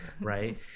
right